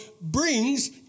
brings